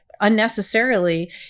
unnecessarily